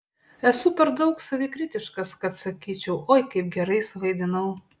esu per daug savikritiškas kad sakyčiau oi kaip gerai suvaidinau